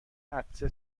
عطسه